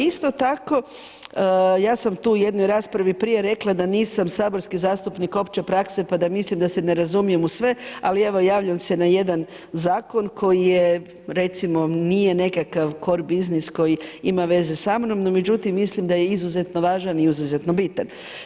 Isto tako, ja sam tu u jednoj raspravi prije rekla da nisam saborski zastupnik opće prakse pa da mislim da se ne razumijem u sve, ali evo javljam se na jedan zakon koji je recimo, nije nekakav core biznis koji ima veze sa mnom, no međutim mislim da je izuzetno važan i izuzetno bitan.